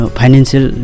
financial